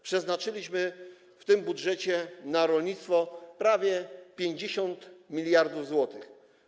Przeznaczyliśmy w tym budżecie na rolnictwo prawie 50 mld zł.